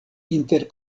inter